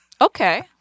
okay